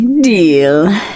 deal